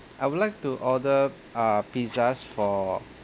I would like to order err pizzas for